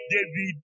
David